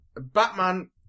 Batman